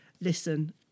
Listen